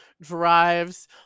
drives